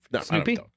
Snoopy